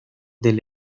del